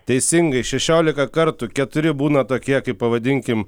teisingai šešiolika kartų keturi būna tokie kaip pavadinkim